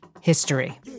history